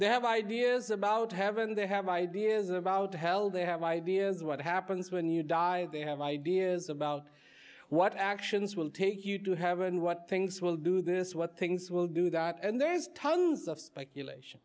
they have ideas about haven't they have ideas about hell they have ideas what happens when you die they have ideas about what actions will take you to have and what things will do this what things will do that and there's tons of speculation